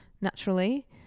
naturally